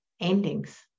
endings